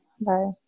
Bye